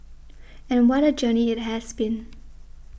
and what a journey it has been